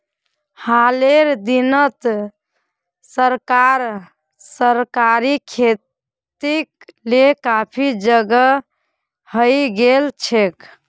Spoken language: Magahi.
हालेर दिनत सरकार सहकारी खेतीक ले काफी सजग हइ गेल छेक